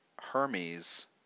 Hermes